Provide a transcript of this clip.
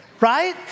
right